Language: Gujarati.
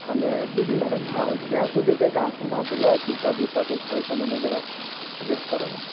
અને બીજું મેડમ આ ત્યાં સુધી કંઈક આંખમાં પેલાં ટીપાં બીપા કંઈક હોય તો મને જરાક સજેસ્ટ કરો ને